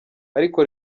ariko